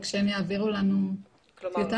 כשהם יעבירו לנו טיוטה,